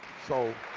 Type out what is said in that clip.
so